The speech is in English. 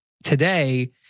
Today